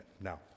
Now